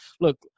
look